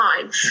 time